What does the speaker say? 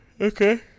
Okay